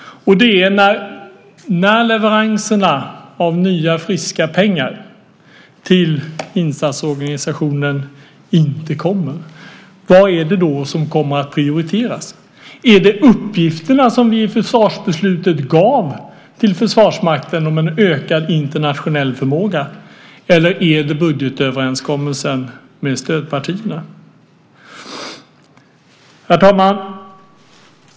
När leveranserna av nya friska pengar till insatsorganisationen inte kommer, vad kommer då att prioriteras? Är det de uppgifter som vi i försvarsbeslutet gav till Försvarsmakten om en ökad internationell förmåga eller är det budgetöverenskommelsen med stödpartierna? Herr talman!